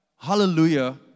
Hallelujah